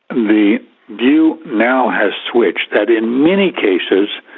the view now has switched that in many cases,